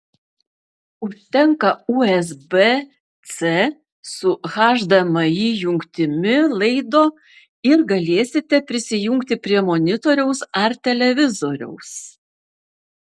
užtenka usb c su hdmi jungtimi laido ir galėsite prijungti prie monitoriaus ar televizoriaus